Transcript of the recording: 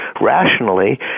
rationally